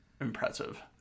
impressive